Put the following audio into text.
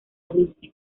dulce